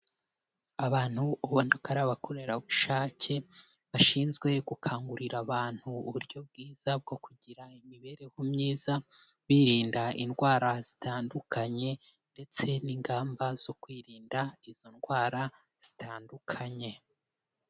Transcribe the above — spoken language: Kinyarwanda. Abantu ubona ko ari abakorerabushake bashinzwe gukangurira abantu uburyo bwiza bwo kugira imibereho myiza, birinda indwara zitandukanye ndetse n'ingamba zo kwirinda izo ndwara zitandukanye.